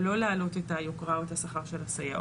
ולא להעלות את היוקרה או את השכר של הסייעות,